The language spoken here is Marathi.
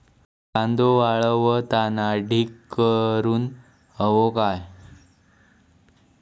कांदो वाळवताना ढीग करून हवो काय?